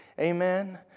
Amen